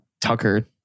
Tucker